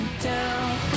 down